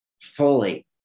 fully